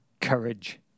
Courage